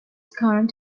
current